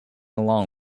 along